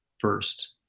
first